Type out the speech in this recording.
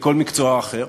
מכל מקצוע אחר,